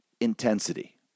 intensity